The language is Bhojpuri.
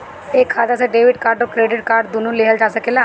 एक खाता से डेबिट कार्ड और क्रेडिट कार्ड दुनु लेहल जा सकेला?